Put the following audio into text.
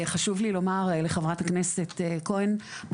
חשוב לי לומר לחברת הכנסת כהן,